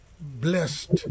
blessed